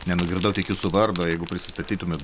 nenugirdau tik jūsų vardo jeigu prisistatytumėt